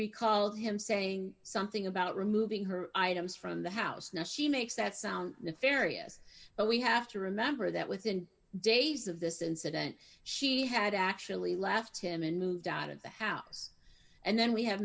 recalled him saying something about removing her items from the house now she makes that sound nefarious but we have to remember that within days of this incident she had actually left him and moved out of the house and then we have